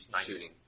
Shooting